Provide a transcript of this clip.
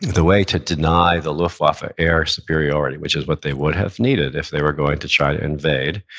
the way to deny the luftwaffe ah air superiority, which is what they would have needed if they were going to try to invade,